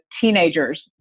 teenagers